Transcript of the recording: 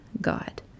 God